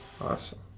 Awesome